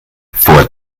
vor